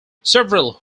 several